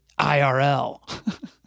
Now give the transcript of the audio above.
IRL